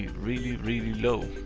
really, really low.